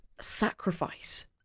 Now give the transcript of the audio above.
Sacrifice